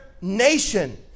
nation